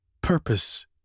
purpose